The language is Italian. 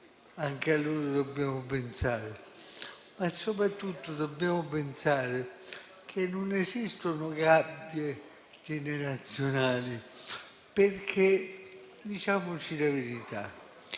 Anche a loro dobbiamo pensare. Soprattutto, però, dobbiamo pensare che non esistono gabbie generazionali. Diciamoci la verità: